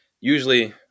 usually